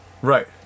Right